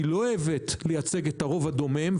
שלא אוהבת לייצג את הרוב הדומם,